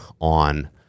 on